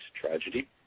tragedy